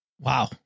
Wow